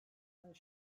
her